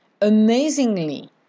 amazingly